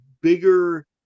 bigger